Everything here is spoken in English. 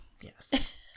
Yes